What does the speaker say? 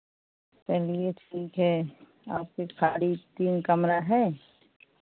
चलिये ठीक है आपको खाली तीन कमरा है